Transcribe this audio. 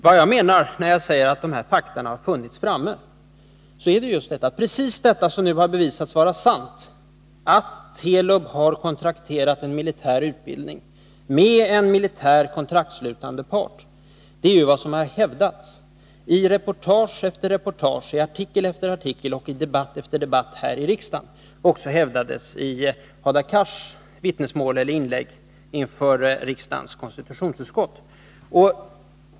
Vad jag menar när jag säger att dessa fakta funnits framme är precis det som nu har bevisats vara sant: att Telub har kontrakterat en militär utbildning med en militär kontraktsslutande part. Det är vad som hävdats i reportage efter reportage, i artikel efter artikel och i debatt efter debatt här i riksdagen och som även hävdats i Hadar Cars inlägg inför riksdagens konstitutionsutskott.